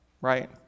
right